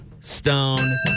Stone